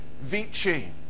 Vici